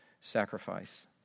sacrifice